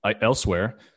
elsewhere